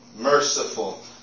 merciful